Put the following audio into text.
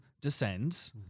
descends